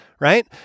right